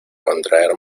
contraer